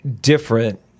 different